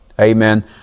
amen